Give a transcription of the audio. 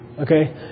okay